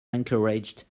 encouraged